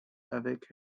avec